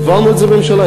העברנו את זה בממשלה,